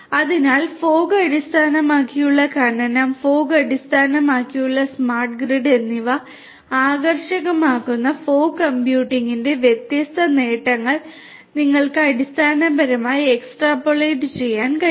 അതിനാൽ ഫോഗ് അടിസ്ഥാനമാക്കിയുള്ള ഖനനം മൂടൽമഞ്ഞ് അടിസ്ഥാനമാക്കിയുള്ള സ്മാർട്ട് ഗ്രിഡ് എന്നിവ ആകർഷകമാക്കുന്ന ഫോഗ് കമ്പ്യൂട്ടിംഗിന്റെ വ്യത്യസ്ത നേട്ടങ്ങൾ നിങ്ങൾക്ക് അടിസ്ഥാനപരമായി എക്സ്ട്രാപോലേറ്റ് ചെയ്യാൻ കഴിയും